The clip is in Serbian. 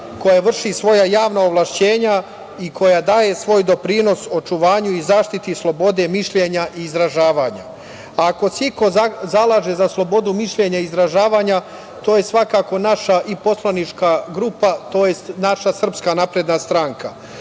koja vrši svoja javna ovlašćenja i koja daje svoj doprinos očuvanju i zaštiti slobode mišljenja i izražavanja. Ako se iko zalaže za slobodu mišljenja i izražavanja, to je svakako naša poslanička grupa, tj. naša Srpska napredna stranka. Moje